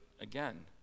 again